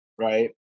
right